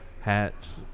hats